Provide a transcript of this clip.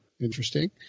Interesting